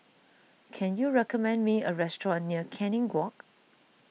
can you recommend me a restaurant near Canning Walk